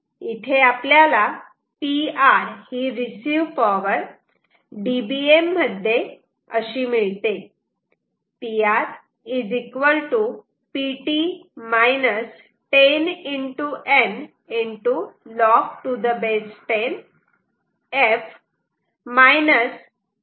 इथे आपल्याला Pr ही रिसिव्ह पॉवर dBm मध्ये अशी मिळते